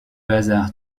hasard